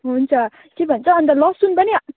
हुन्छ के भन्छ अन्त लसुन पनि